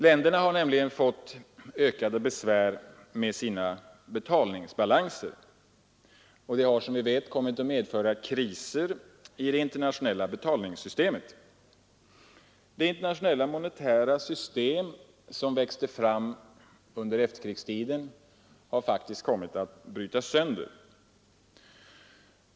Länderna har nämligen fått ökade besvär med sina betalningsbalanser, och detta har som vi vet kommit att medföra kriser i det internationella betalningssystemet. Det internationella monetära system, som växt fram under efterkrigstiden, har faktiskt kommit att brytas sönder.